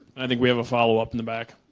i think we have a follow up in the back